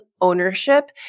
ownership